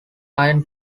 iron